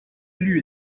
élus